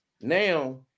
now